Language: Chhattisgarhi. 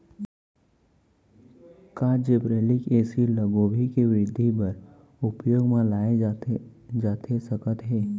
का जिब्रेल्लिक एसिड ल गोभी के वृद्धि बर उपयोग म लाये जाथे सकत हे?